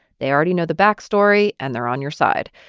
they already know the backstory, and they're on your side.